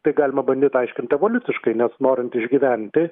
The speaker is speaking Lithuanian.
tai galima bandyt aiškint evoliuciškai nes norint išgyventi